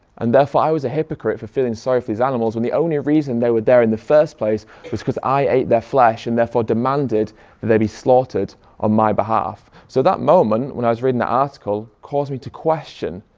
and therefore i was a hypocrite for feeling sorry for these animals when the only reason they were there in the first place was because i ate their flesh and therefore demanded that they be slaughtered on my behalf. so that moment, when i was reading that article, caused me to question.